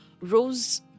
rose